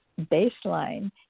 baseline